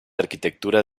arquitectura